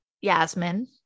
Yasmin